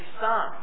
son